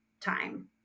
time